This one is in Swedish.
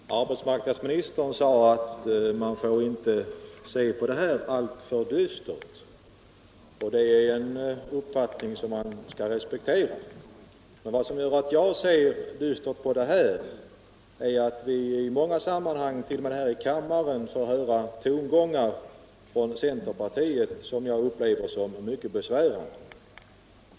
Fru talman! Arbetsmarknadsministern sade att man inte får se alltför dystert på läget, och det är en uppfattning som man skall respektera. Men vad som gör att jag ser dystert på detta är att vi i många sammanhang, t. 0. m. här i kammaren, får höra tongångar från centerpartiet, som jag upplever som mycket besvärande.